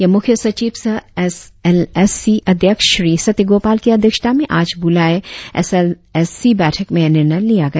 यह मुख्य सचिव सह एस एल एस सी अध्यक्ष श्री सत्य गोपाल की अध्यक्षता में आज बुलाए एस एल एस सी बैठक में यह निर्णय लिया गया